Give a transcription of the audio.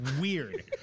weird